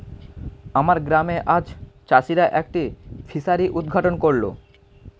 আমার গ্রামে আজ চাষিরা একটি ফিসারি উদ্ঘাটন করল